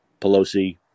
Pelosi